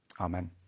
Amen